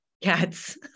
Cats